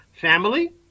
family